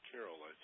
Carol